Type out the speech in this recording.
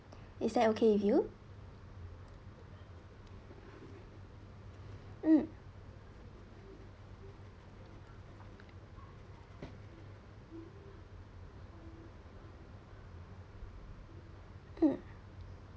is that okay with you mm mm